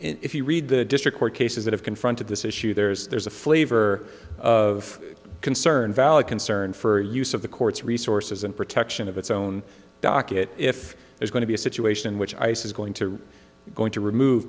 if you read the district court cases that have confronted this issue there's there's a flavor of concern valid concern for use of the court's resources and protection of its own docket if there's going to be a situation in which ice is going to going to remove